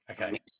Okay